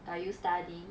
are you studying